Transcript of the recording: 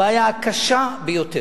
הבעיה הקשה ביותר,